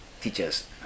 teachers